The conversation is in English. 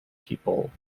people